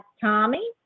tommy